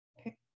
Okay